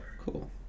cool